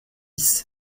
dix